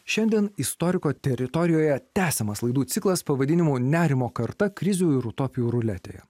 šiandien istoriko teritorijoje tęsiamas laidų ciklas pavadinimu nerimo karta krizių ir utopijų ruletėje